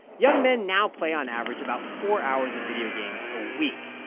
young men now play on average about four hours of video games a week.